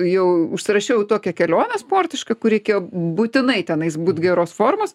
jau užsirašiau į tokią kelionę sportišką kur reikėjo būtinai tenais būt geros formos